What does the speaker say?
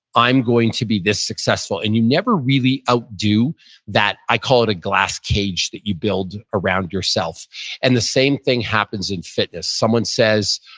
i'm going to be this successful. and you never really outdo that, i call it a glass cage that you build around yourself and the same thing happens in fitness. someone says,